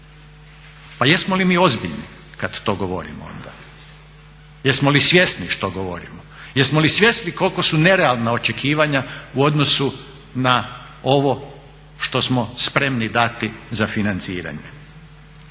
Pa jesmo li mi ozbiljni kad to govorimo onda? Jesmo li svjesni što govorimo? Jesmo li svjesni koliko su nerealna očekivanja u odnosu na ovo što smo spremni dati za financiranje.